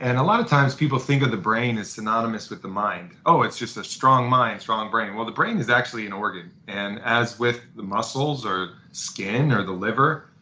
and a lot of times, people think that the brain is synonymous with the mind. oh it's just a strong mind, strong brain. well, the brain is actually an organ and as with the muscles or skin or the liver,